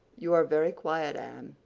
you are very quiet, anne,